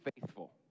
faithful